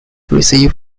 receive